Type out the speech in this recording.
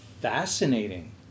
fascinating